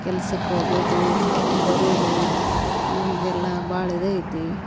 ಕೆಲ್ಸಕ್ಕೆ ಹೋಗೋದೂ ಬರೋದು ನಮಗೆಲ್ಲ ಭಾಳ ಇದು ಐತಿ